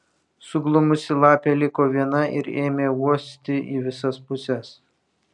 suglumusi lapė liko viena ir ėmė uosti į visas puses